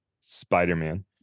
Spider-Man